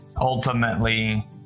ultimately